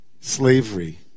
slavery